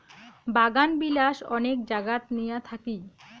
বাগানবিলাস অনেক জাগাত নিয়া থাকি